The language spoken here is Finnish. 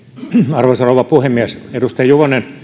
arvoisa rouva puhemies edustaja juvonen